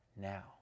now